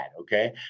okay